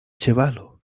ĉevalo